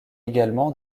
également